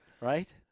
Right